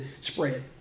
spread